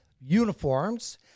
uniforms